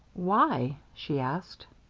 why? she asked.